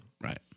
Right